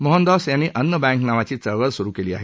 मोहनदॉस यांनी अन्नबैंक नावाची चळवळ सुरु केली आहे